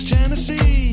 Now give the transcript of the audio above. Tennessee